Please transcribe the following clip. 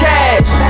Cash